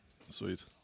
Sweet